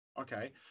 okay